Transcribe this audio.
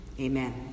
Amen